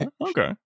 okay